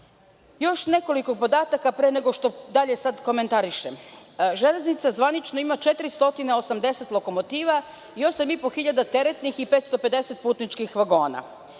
nekoliko podataka pre nego što dalje komentarišem. „Železnica“ zvanično ima 480 lokomotiva, i 8500 teretnih i 550 putničkih vagona.